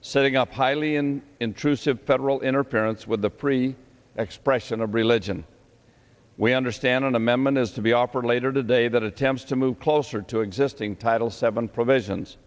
setting up highly in intrusive federal interference with the free expression of religion we understand an amendment is to be offered later today that attempts to move closer to existing title seven provisions